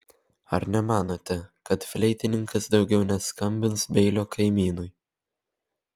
ar nemanote kad fleitininkas daugiau neskambins beilio kaimynui